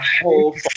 whole